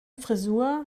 frisur